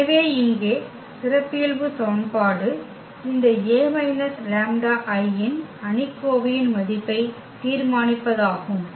எனவே இங்கே சிறப்பியல்பு சமன்பாடு இந்த A λI இன் அணிக்கோவையின் மதிப்பை தீர்மானிப்பதாகும்